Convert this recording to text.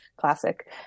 Classic